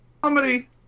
comedy